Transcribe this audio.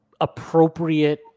appropriate